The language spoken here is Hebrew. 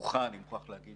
הברוכה אני מוכרח להגיד,